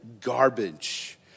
garbage